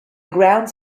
grounds